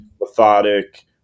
methodic